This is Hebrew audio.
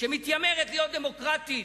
שמתיימרת להיות דמוקרטית,